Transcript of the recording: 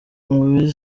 umubiri